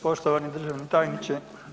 Poštovani državni tajniče.